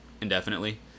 indefinitely